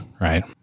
Right